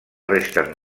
restes